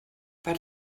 per